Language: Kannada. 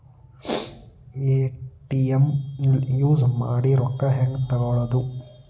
ಎ.ಟಿ.ಎಂ ಯೂಸ್ ಮಾಡಿ ರೊಕ್ಕ ಹೆಂಗೆ ತಕ್ಕೊಳೋದು?